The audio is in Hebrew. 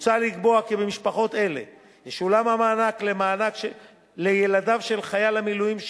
מוצע לקבוע כי במשפחות האלה ישולם המענק לילדיו של חייל המילואים שנספה.